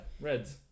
Reds